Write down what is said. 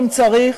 אם צריך.